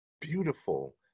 beautiful